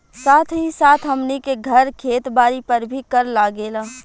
साथ ही साथ हमनी के घर, खेत बारी पर भी कर लागेला